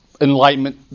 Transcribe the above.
enlightenment